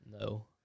No